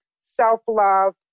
self-love